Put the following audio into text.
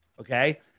okay